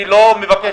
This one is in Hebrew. אני לא מבקש,